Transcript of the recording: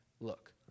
look